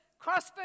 crossfit